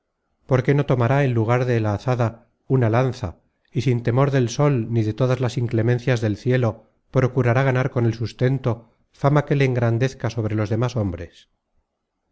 por qué no tomará en lugar de la azada una lanza y sin temor del sol ni de todas las inclemencias del cielo procurará ganar con el sustento fama que le engrandezca sobre los demas hombres